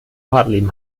hartleben